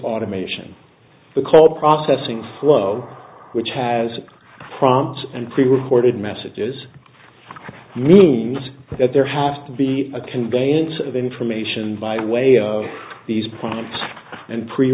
automation the call processing flow which has prompts and pre recorded messages means that there have to be a conveyance of information by way of these points and pre